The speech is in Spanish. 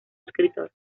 escritor